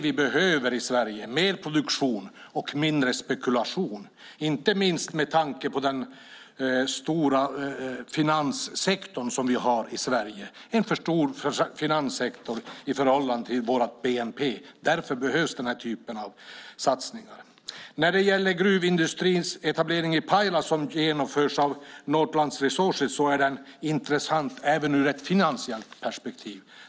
Vi behöver mer produktion och mindre spekulation i Sverige, inte minst med tanke på den stora finanssektor som vi har i Sverige. Vi har en för stor finanssektor i förhållande till vår bnp. Därför behövs den här typen av satsningar. Gruvindustrins etablering i Pajala, som genomförs av Northland Resources, är intressant även ur ett finansiellt perspektiv.